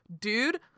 dude